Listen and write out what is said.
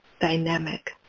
dynamic